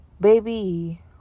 baby